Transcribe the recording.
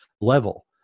level